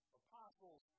apostles